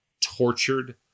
tortured